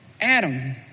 Adam